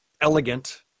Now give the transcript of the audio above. elegant